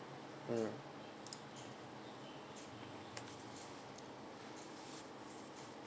mm